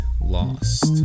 lost